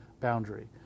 boundary